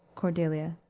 cordelia.